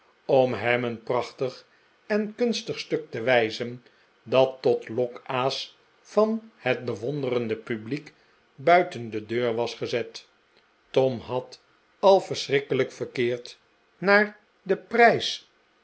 om hem een prachtig en kunstig stuk te wijzen dat tot lokaas van het bewonderende publiek buiten de deur was gezet tom had al verschrikkelijk verkeerd naar den prijs